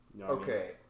Okay